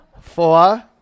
Four